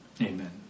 Amen